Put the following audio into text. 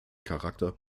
charakter